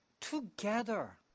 together